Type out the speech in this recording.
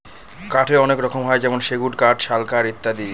কাঠের অনেক রকম হয় যেমন সেগুন কাঠ, শাল কাঠ ইত্যাদি